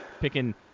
picking